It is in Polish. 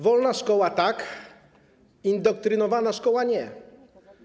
Wolna szkoła - tak, indoktrynowana szkoła - nie.